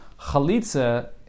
Chalitza